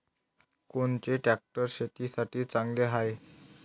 कोनचे ट्रॅक्टर शेतीसाठी चांगले हाये?